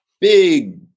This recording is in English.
big